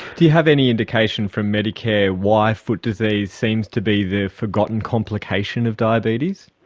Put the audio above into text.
do you have any indication from medicare why foot disease seems to be the forgotten complication of diabetes?